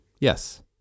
Yes